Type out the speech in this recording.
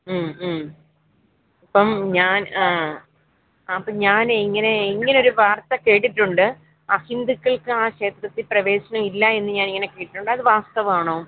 മ്മ് മ്മ് അപ്പോള് ഞാൻ ആ അപ്പോള് ഞാനെ ഇങ്ങനെ ഇങ്ങനൊരു വാർത്ത കേട്ടിട്ടുണ്ട് അഹിന്ദുകൾക്ക് ആ ക്ഷേത്രത്തില് പ്രവേശനം ഇല്ലാ എന്ന് ഞാനിങ്ങനെ കേട്ടിട്ടുണ്ട് അത് വാസ്തവമാണോ